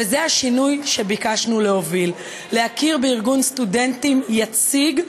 וזה השינוי שביקשנו להוביל: להכיר בארגון סטודנטים יציג,